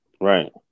Right